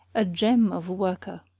a gem of a worker.